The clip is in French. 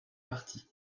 parti